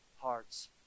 hearts